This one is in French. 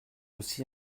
aussi